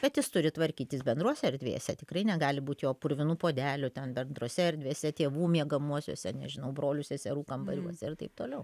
bet jis turi tvarkytis bendrose erdvėse tikrai negali būti purvinų puodelių ten bendrose erdvėse tėvų miegamuosiuose nežinau brolių seserų kambariuose ir taip toliau